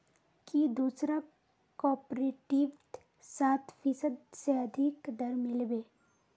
की दूसरा कॉपरेटिवत सात फीसद स अधिक दर मिल बे